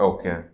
Okay